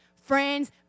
friends